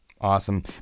Awesome